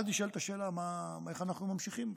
אז נשאלת השאלה: איך אנחנו ממשיכים מפה?